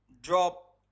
drop